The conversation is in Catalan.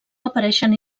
apareixen